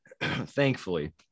thankfully